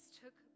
took